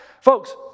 folks